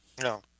No